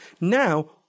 now